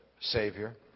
Savior